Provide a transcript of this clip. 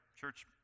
church